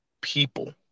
people